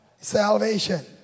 salvation